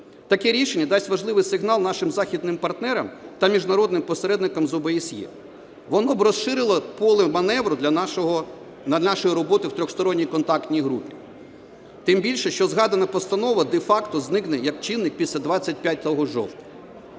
Таке рішення дасть важливий сигнал нашим західним партнерам та міжнародним посередникам з ОБСЄ. Воно б розширило поле маневру для нашої роботи в Тристоронній контактній групі, тим більше, що згадана постанова де-факто зникне як чинник після 25 жовтня.